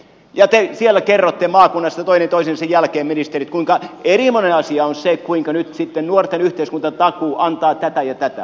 ja te ministerit siellä kerrotte maakunnasta toisensa jälkeen kuinka erinomainen asia on se kuinka nyt sitten nuorten yhteiskuntatakuu antaa tätä ja tätä